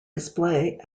display